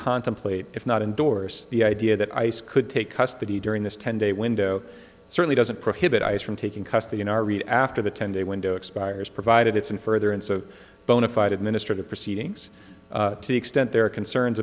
contemplate if not endorse the idea that ice could take custody during this ten day window certainly doesn't prohibit ice from taking custody in our region after the ten day window expires provided it's in further and so bonafide administrative proceedings the extent there are concern